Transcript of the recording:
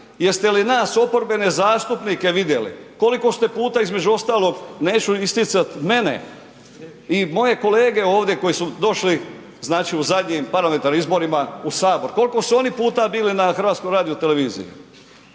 jeste li nas oporbene zastupnike vidjeli, koliko ste puta između ostalog, neću isticati mene i moje kolege ovdje koji su došli u zadnjim parlamentarnim izborima u Sabor, koliko su oni puta bili na HRT-u? Ovo je